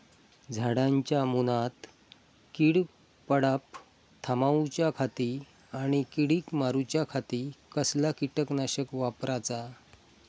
झाडांच्या मूनात कीड पडाप थामाउच्या खाती आणि किडीक मारूच्याखाती कसला किटकनाशक वापराचा?